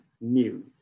new